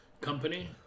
company